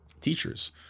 teachers